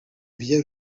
biais